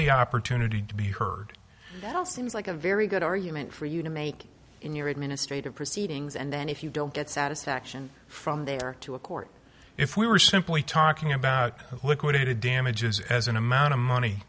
the opportunity to be heard now seems like a very good argument for you to make in your administrative proceedings and then if you don't get satisfaction from there to a court if we were simply talking about liquidated damages as an amount of money